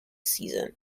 season